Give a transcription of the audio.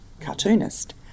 cartoonist